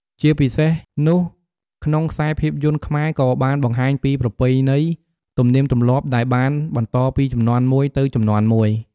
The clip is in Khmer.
ជាពិសេសនោះក្នុងខ្សែភាពយន្តខ្មែរក៏បានបង្ហាញពី ប្រពៃណីទំនៀមទម្លាប់ដែលបានបន្តពីជំនាន់មួយទៅជំនាន់មួយ ។